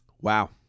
Wow